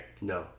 No